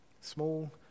Small